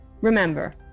Remember